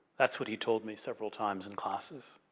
that's what he told me several times in classes.